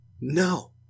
No